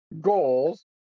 goals